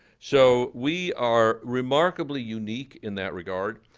so we are remarkably unique in that regard.